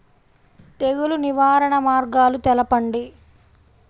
తెగులు నివారణ మార్గాలు తెలపండి?